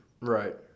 Right